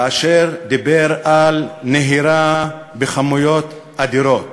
כאשר דיבר על נהירה בכמויות אדירות